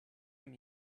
him